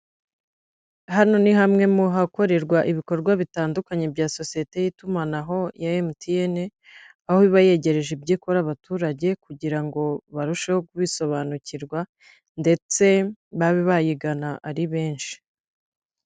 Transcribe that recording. Hano ni hamwe mu hakorerwa ibikorwa bitandukanye bya sosiyete y'itumanaho ya MTN, aho iba yegereje ibyo ikora abaturage kugira ngo barusheho kubisobanukirwa, ndetse babe bayigana ari benshi.